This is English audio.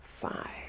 five